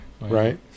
right